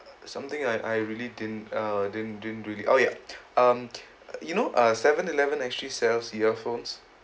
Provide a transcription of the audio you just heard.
something I I really didn't uh didn't didn't really oh ya um you know uh seven eleven actually sells earphones